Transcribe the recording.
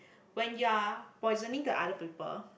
when you're poisoning to other people